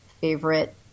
favorite